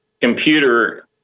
computer